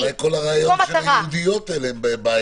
אז אולי כל הרעיון של משרות ייעודיות הוא בעייתי?